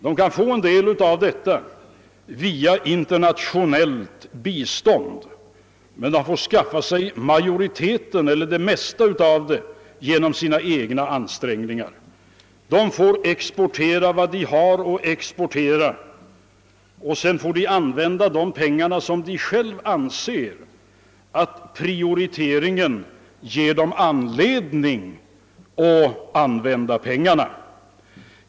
De kan få en del av dessa pengar genom internationellt bistånd, men den största delen måste de skaffa sig genom sina egna ansträngningar. De får exportera vad de har att exportera och sedan använda inkomsterna härav på det sätt som deras prioriteringar ger anledning till.